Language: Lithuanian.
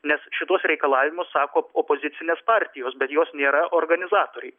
nes šituos reikalavimus sako opozicinės partijos bet jos nėra organizatoriai